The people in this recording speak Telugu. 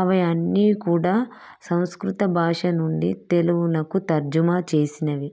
అవి అన్ని కూడా సంస్కృత భాష నుండి తెలుగునకు తర్జుమా చేసినవి